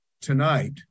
tonight